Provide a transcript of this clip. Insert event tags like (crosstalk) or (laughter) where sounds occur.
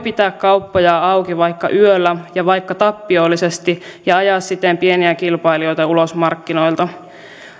(unintelligible) pitää kauppoja auki vaikka yöllä ja vaikka tappiollisesti ja ajaa siten pieniä kilpailijoita ulos markkinoilta